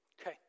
Okay